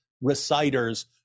reciters